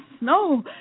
no